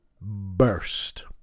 burst